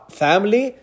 family